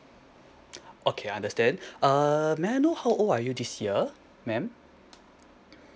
okay understand uh may I know how old are you this year ma'am